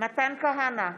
מתן כהנא,